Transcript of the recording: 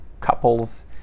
couples